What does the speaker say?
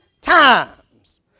times